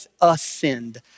ascend